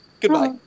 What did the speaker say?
goodbye